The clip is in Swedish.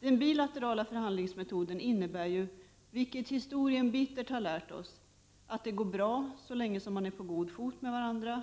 Den bilaterala förhandlingsmetoden innebär ju, vilket historien bittert har lärt oss, att det går bra så länge som man är på god fot med varandra.